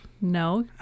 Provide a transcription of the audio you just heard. No